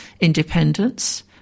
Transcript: independence